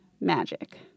Magic